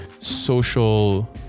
social